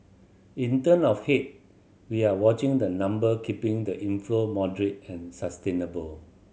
in term of head we are watching the number keeping the inflow moderate and sustainable